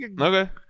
okay